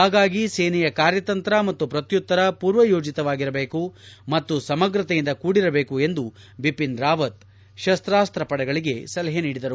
ಹಾಗಾಗಿ ಸೇನೆಯ ಕಾರ್ಯತಂತ್ರ ಮತ್ತು ಪ್ರತ್ಯುತ್ತರ ಪೂರ್ವಯೋಜತವಾಗಿರಬೇಕು ಮತ್ತು ಸಮಗ್ರತೆಯಿಂದ ಕೂಡಿರಬೇಕು ಎಂದು ಬಿಪಿನ್ ರಾವತ್ ಶಸ್ತಾಸ್ತ ಪಡೆಗಳಿಗೆ ಸಲಹೆ ನೀಡಿದರು